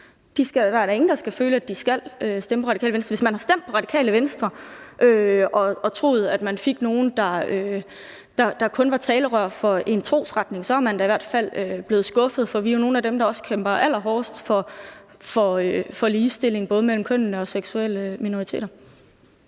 Der er da ingen, der skal føle, at de skal stemme på Radikale Venstre. Hvis man har stemt på Radikale Venstre og troet, at man fik nogle, der kun var talerør for en trosretning, så er man da i hvert fald blevet skuffet, for vi er jo nogle af dem, der kæmper allerhårdest for ligestilling, både mellem kønnene og for seksuelle minoriteter.